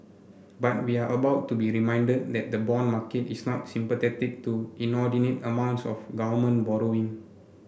but we are about to be reminded that the bond market is not sympathetic to inordinate amounts of government borrowing